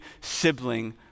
sibling